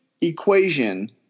equation